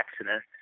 accident